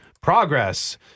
progress